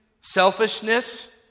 selfishness